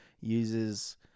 uses